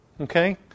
Okay